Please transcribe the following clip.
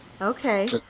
Okay